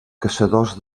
caçadors